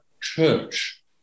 church